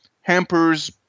hampers